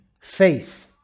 faith